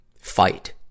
fight